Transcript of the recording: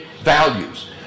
values